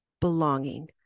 belonging